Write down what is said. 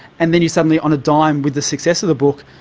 and then you suddenly, on a dime, with the success of the book,